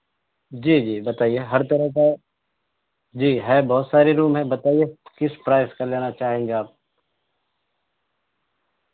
جی جی بتائیے ہر طرح کا جی ہے بہت سارے روم ہیں بتائیے کس پرائس کا لینا چاہیں گے آپ